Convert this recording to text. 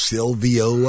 Silvio